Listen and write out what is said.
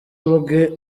ubwe